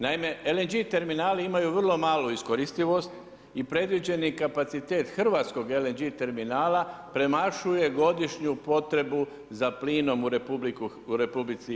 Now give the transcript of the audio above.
Naime LNG terminali imaju vrlo malu iskoristivost i predviđeni kapacitet Hrvatskog LNG terminala premašuje godišnju potrebu za plinom u RH.